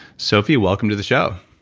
sophie, welcome to the show.